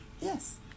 Yes